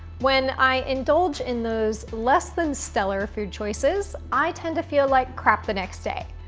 when i indulge in those less than stellar food choices, i tend to feel like crap the next day.